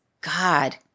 God